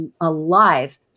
alive